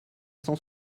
cent